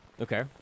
Okay